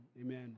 amen